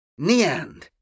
Neand